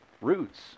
roots